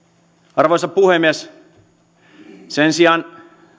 arvoisa puhemies sen sijaan